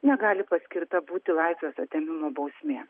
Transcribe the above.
negali paskirta būti laisvės atėmimo bausmė